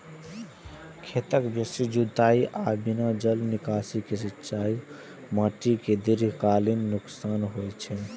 खेतक बेसी जुताइ आ बिना जल निकासी के सिंचाइ सं माटि कें दीर्घकालीन नुकसान होइ छै